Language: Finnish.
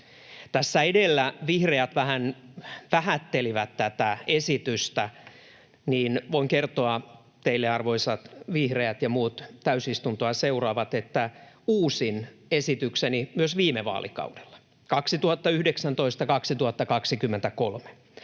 tässä edellä vihreät vähän vähättelivät tätä esitystä, niin voin kertoa teille, arvoisat vihreät ja muut täysistuntoa seuraavat, että uusimmassa esityksessäni myös viime vaalikaudella 2019—2023